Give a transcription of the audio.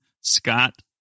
Scott